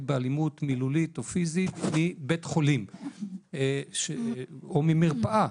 באלימות מילולית או פיזית מבית חולים או ממרפאה.